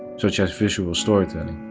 such as visual storytelling,